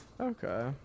okay